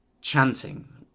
chanting